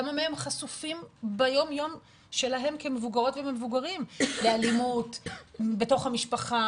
כמה מהם חשופים ביום-יום שלהם כמבוגרות ומבוגרים לאלימות בתוך המשפחה,